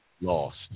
lost